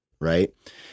right